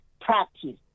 practice